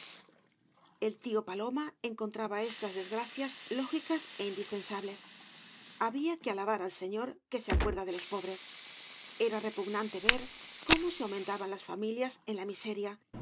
el tío paloma encontraba estas desgracias ló gicas é indispensables había que alabar al señor que se acuerda de los pobres era repugnante ver cómo se aumentaban las familias en la miseria